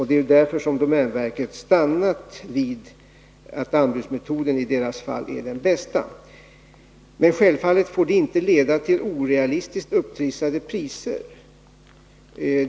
Det är därför som domänverket stannat vid att anbudsmetoden i dessa fall är den bästa. Självfallet får det inte leda till orealistiskt upptrissade priser.